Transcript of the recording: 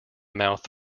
mouth